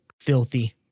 filthy